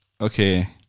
okay